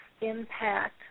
impact